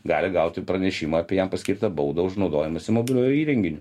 gali gauti pranešimą apie jam paskirtą baudą už naudojimąsi mobiliuoju įrenginiu